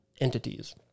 entities